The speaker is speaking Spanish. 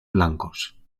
blancos